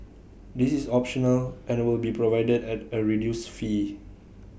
this is optional and will be provided at A reduced fee